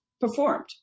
performed